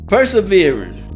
Persevering